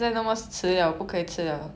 oh okay